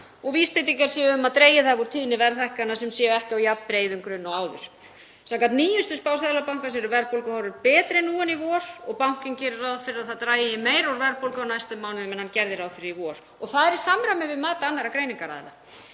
og vísbendingar séu um að dregið hafi úr tíðni verðhækkana sem séu ekki á jafn breiðum grunni og áður. Samkvæmt nýjustu spá Seðlabankans eru verðbólguhorfur betri nú í vor og bankinn gerir ráð fyrir að það dragi meira úr verðbólgu á næstu mánuðum en hann gerði ráð fyrir í vor. Og það er í samræmi við mat annarra greiningaraðila.